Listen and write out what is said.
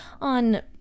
on